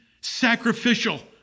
sacrificial